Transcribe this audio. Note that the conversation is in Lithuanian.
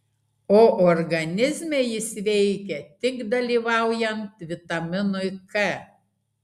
o organizme jis veikia tik dalyvaujant vitaminui k